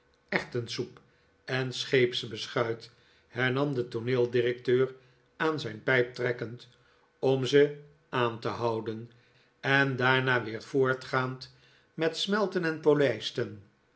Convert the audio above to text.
erwtensoep en scheepsbeschuit hernam de tooneeldirecteur aan zijn pijp trekkend om ze aan te houden en daarna weer voortgaand met smelten en polijsten